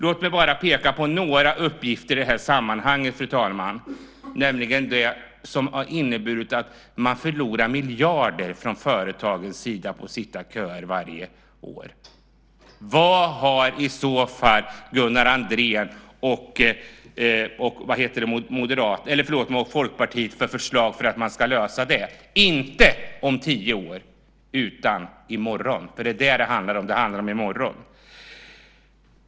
Låt mig peka på några uppgifter i det här sammanhanget. För det första innebär de långa köerna att företagen varje år förlorar miljarder på att folk sitter i köer. Vad har Gunnar Andrén och Folkpartiet för förslag till att lösa det? Lösningen behövs inte om tio år utan i morgon, för det är vad det handlar om. Det handlar om i morgon.